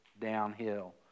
downhill